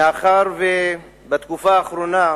מאחר שבתקופה האחרונה,